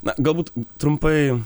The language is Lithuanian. na galbūt trumpai